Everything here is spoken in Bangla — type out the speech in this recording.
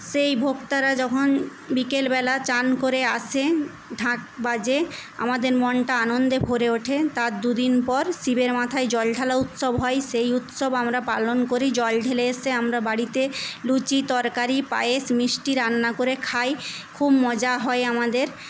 সেই ভোক্তারা যখন বিকেলবেলা চান করে আসে ঢাক বাজে আমাদের মনটা আনন্দে ভরে ওঠে তার দুদিন পর শিবের মাথায় জল ঢালা উৎসব হয় সেই উৎসব আমরা পালন করি জল ঢেলে এসে আমরা বাড়িতে লুচি তরকারি পায়েস মিষ্টি রান্না করে খাই খুব মজা হয় আমাদের